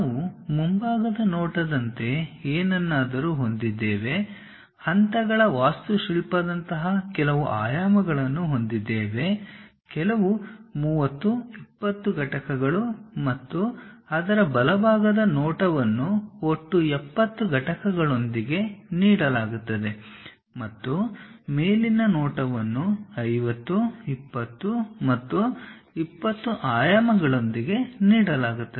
ನಾವು ಮುಂಭಾಗದ ನೋಟದಂತೆ ಏನನ್ನಾದರೂ ಹೊಂದಿದ್ದೇವೆ ಹಂತಗಳ ವಾಸ್ತುಶಿಲ್ಪದಂತಹ ಕೆಲವು ಆಯಾಮಗಳನ್ನು ಹೊಂದಿದ್ದೇವೆ ಕೆಲವು 30 20 ಘಟಕಗಳು ಮತ್ತು ಅದರ ಬಲ ಭಾಗದ ನೋಟವನ್ನುಒಟ್ಟು70 ಘಟಕಗಳೊಂದಿಗೆ ನೀಡಲಾಗುತ್ತದೆ ಮತ್ತು ಮೇಲಿನ ನೋಟವನ್ನು 50 20 ಮತ್ತು 20 ಆಯಾಮಗಳೊಂದಿಗೆ ನೀಡಲಾಗುತ್ತದೆ